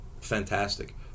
Fantastic